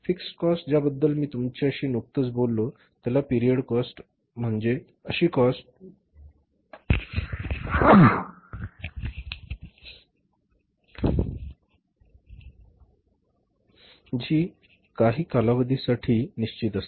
fixed cost ज्या बद्दल मी तुमच्याशी नुकतंच बोललो ज्याला पिरियड कॉस्ट म्हणतात म्हणजे अशी कॉस्ट जी काही कालावधीसाठी निश्चित असते